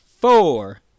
four